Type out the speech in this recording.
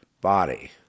body